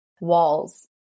walls